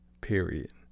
Period